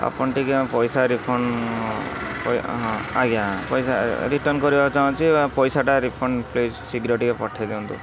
ଆପଣ ଟିକେ ଆମ ପଇସା ରିଫଣ୍ଡ କରି ହଁ ଆଜ୍ଞା ପଇସା ରିଟର୍ଣ୍ଣ କରିବା ଚାହୁଁଛି ପଇସାଟା ରିଫଣ୍ଡ ପ୍ଲିଜ୍ ଶୀଘ୍ର ଟିକେ ପଠାଇ ଦିଅନ୍ତୁ